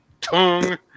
tongue